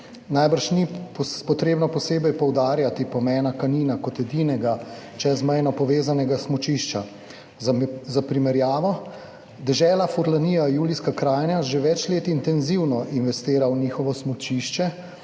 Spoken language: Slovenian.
Najbrž ni potrebno posebej poudarjati pomena Kanina kot edinega čezmejno povezanega smučišča. Za primerjavo, dežela Furlanija - Julijska krajina že več let intenzivno investira v njihovo smučišče,